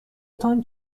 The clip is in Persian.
تان